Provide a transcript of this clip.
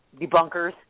debunkers